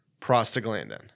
prostaglandin